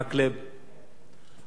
אם כן, אנחנו מצביעים